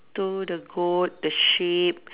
to the goat the sheep